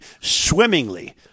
swimmingly